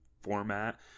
format